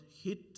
hit